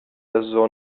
der